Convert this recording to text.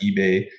eBay